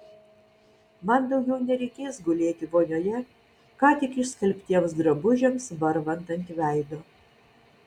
man daugiau nereikės gulėti vonioje ką tik išskalbtiems drabužiams varvant ant veido